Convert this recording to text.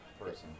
person